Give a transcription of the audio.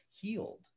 healed